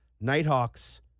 Nighthawks